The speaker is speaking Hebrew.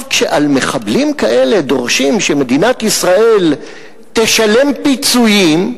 כשעל מחבלים כאלה דורשים שמדינת ישראל תשלם פיצויים,